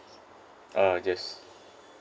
uh I guess